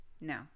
No